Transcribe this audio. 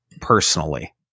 personally